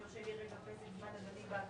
" אם יורשה לי פסק זמן בהקראה,